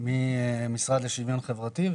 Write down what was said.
מהמשרד לשוויון חברתי.